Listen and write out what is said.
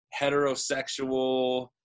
heterosexual